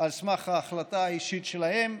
על סמך ההחלטה האישית שלהם.